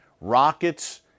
rockets